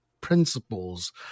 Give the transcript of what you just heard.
principles